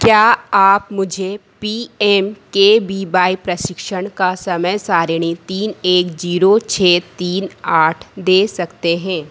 क्या आप मुझे P M K B Y प्रशिक्षण का समय सारिणी तीन एक जीरो छः तीन आठ दे सकते हें